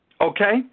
Okay